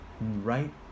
right